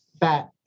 fat